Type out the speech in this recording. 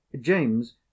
james